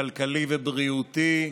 כלכלי ובריאותי,